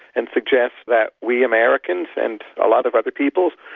and suggest that we americans and a lot of other peoples,